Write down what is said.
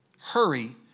Hurry